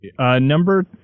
Number